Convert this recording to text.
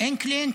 אין קליינטים.